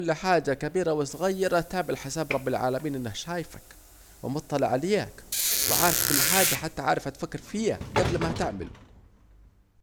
كل حاجة كبيرة وصغيرة تعمل حساب رب العالمين انه شايفك ومطلع عليك وعارف كل حاجة وعارف هتفكر فييه جبل ما تعمله